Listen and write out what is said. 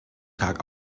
tag